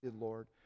Lord